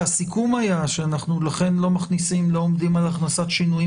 והסיכום היה שאנחנו לכן לא עומדים על הכנסת שינויים